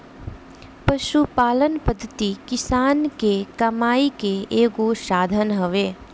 पशुपालन पद्धति किसान के कमाई के एगो साधन हवे